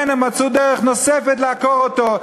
הם מצאו דרך נוספת לעקור אותו.